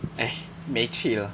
!hais! 没趣了